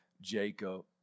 Jacob